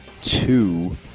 two